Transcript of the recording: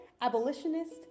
abolitionist